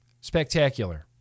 spectacular